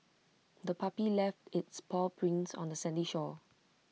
the puppy left its paw prints on the sandy shore